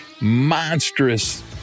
monstrous